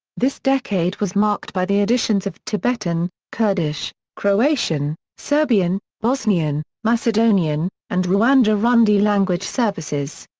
this decade was marked by the additions of tibetan, kurdish, croatian, serbian, bosnian, macedonian, and rwanda-rundi language services.